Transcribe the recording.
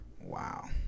Wow